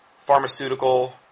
pharmaceutical